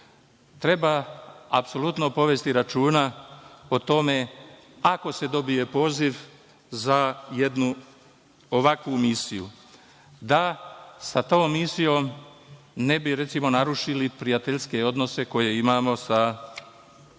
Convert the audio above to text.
Treba apsolutno povesti računa o tome, ako se dobije poziv za jednu ovakvu misiju, da sa tom misijom ne bi, recimo, narušili prijateljske odnose koje imamo sa